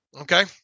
Okay